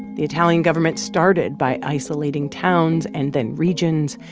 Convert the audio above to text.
the italian government started by isolating towns and then regions.